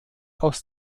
aus